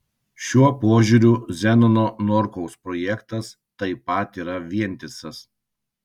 šiuo požiūriu zenono norkaus projektas taip pat yra vientisas